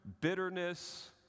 bitterness